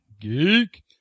Geek